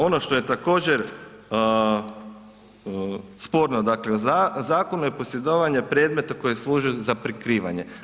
Ono što je također sporno u Zakonu je posjedovanje predmeta koji služe za prikrivanje.